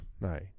No